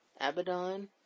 Abaddon